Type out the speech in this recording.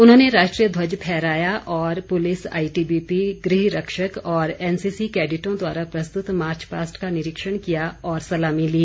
उन्होंने राष्ट्रीय ध्वज फहराया और पुलिस आईटीबीपी गृह रक्षक व एनसीसी कैडिटों द्वारा प्रस्तुत मार्च पास्ट का निरीक्षण किया और सलामी ली